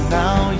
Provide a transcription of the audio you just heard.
now